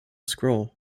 scroll